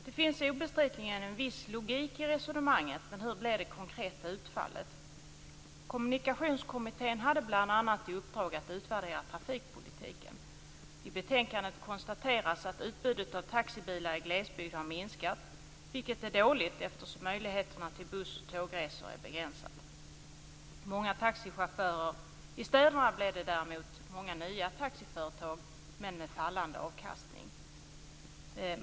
Det finns obestridligen en viss logik i resonemanget. Men hur blev det konkreta utfallet? Kommunikationskommittén hade bl.a. i uppdrag att utvärdera trafikpolitiken. I betänkandet konstateras att utbudet av taxibilar i glesbygd har minskat, vilket är dåligt eftersom möjligheterna till buss och tågresor är begränsade. I städerna blev det däremot många nya taxiföretag, men med fallande avkastning.